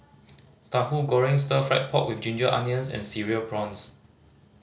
Tahu Goreng Stir Fried Pork With Ginger Onions and Cereal Prawns